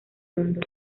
mundo